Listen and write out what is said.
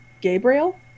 Gabriel